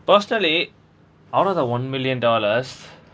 personally out of the one million dollars